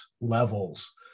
levels